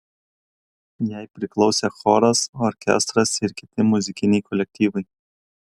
jai priklausė choras orkestras ir kiti muzikiniai kolektyvai